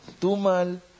Tumal